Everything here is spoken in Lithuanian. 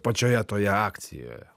pačioje toje akcijoje